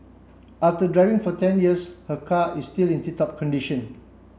after driving for ten years her car is still in tip top condition